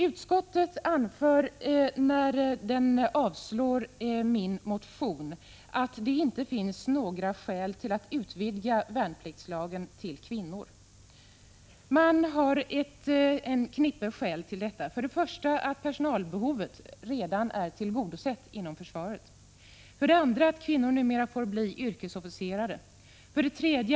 Utskottet anför när det avstyrker min motion att det inte finns några skäl för att utvidga värnpliktslagen till att omfatta kvinnor. Man anger en knippe skäl för detta: 0 Personalbehovet är redan tillgodosett inom försvaret. 0 Kvinnor får numera bli yrkesofficerare.